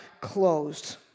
closed